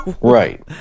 Right